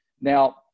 Now